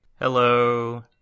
Hello